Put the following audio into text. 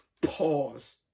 pause